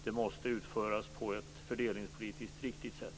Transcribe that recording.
Det måste utföras på ett fördelningspolitiskt riktigt sätt.